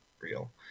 real